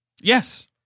Yes